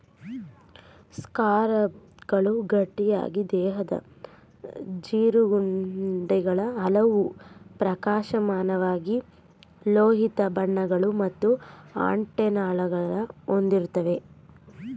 ಸ್ಕಾರಬ್ಗಳು ಗಟ್ಟಿಯಾದ ದೇಹದ ಜೀರುಂಡೆಗಳು ಹಲವು ಪ್ರಕಾಶಮಾನವಾದ ಲೋಹೀಯ ಬಣ್ಣಗಳು ಹಾಗೂ ಆಂಟೆನಾಗಳನ್ನ ಹೊಂದಿರ್ತವೆ